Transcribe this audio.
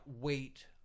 wait